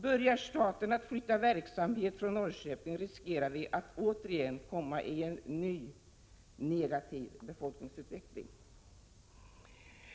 Börjar staten flytta verksamhet från Norrköping riskerar vi att återigen få en negativ befolkningsutveckling.